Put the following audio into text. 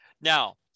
Now